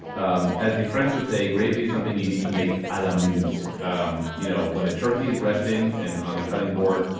um as the french would say, gravy is something you need to make a la minute um you know when the turkey is resting and on the cutting board,